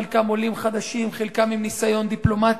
חלקם עולים חדשים, חלקם עם ניסיון דיפלומטי.